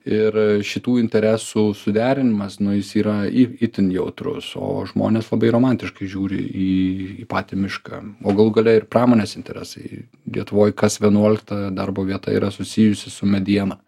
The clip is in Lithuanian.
ir šitų interesų suderinimas nu jis yra i itin jautrus o žmonės labai romantiškai žiūri į į patį mišką o galų gale ir pramonės interesai lietuvoj kas vienuolikta darbo vieta yra susijusi su mediena